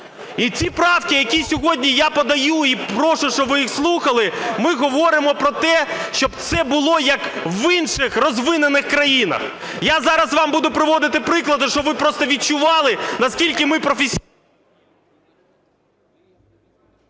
І ці правки, які сьогодні я подаю і прошу, щоб ви їх слухали, ми говоримо про те, щоб все було, як в інших розвинених країнах. Я зараз вам буду приводити приклади, щоб ви просто відчували, наскільки ми… ГОЛОВУЮЧИЙ.